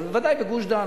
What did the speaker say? אבל ודאי בגוש-דן.